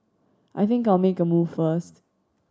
I think I'll make a move first